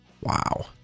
Wow